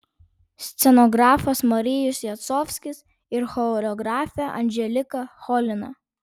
scenografas marijus jacovskis ir choreografė anželika cholina